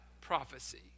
prophecy